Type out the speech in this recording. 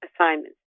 assignments